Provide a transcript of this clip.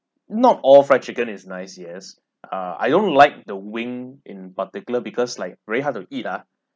not all fried chicken is nice yes ah I don't like the wing in particular because like very hard to eat ah